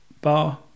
bar